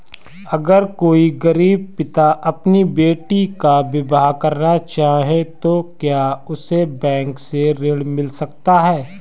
अगर कोई गरीब पिता अपनी बेटी का विवाह करना चाहे तो क्या उसे बैंक से ऋण मिल सकता है?